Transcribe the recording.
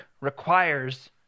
requires